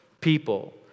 people